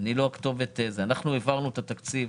אנחנו העברנו את התקציב,